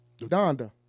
Donda